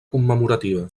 commemorativa